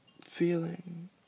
feeling